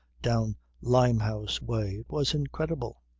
down limehouse way. it was incredible.